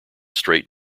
straight